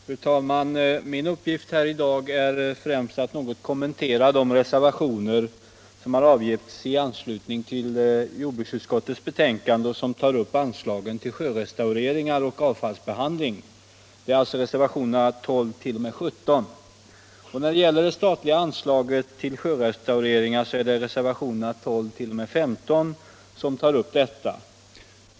Fru talman! Min uppgift här i dag är främst att något kommentera de reservationer som har avgivits i anslutning till jordbruksutskottets betänkande och som tar upp anslagen till sjörestaureringar och avfallsbehandling, alltså reservationerna 12-17. Reservationerna 12-15 tar upp det statliga anslaget till sjörestaureringar.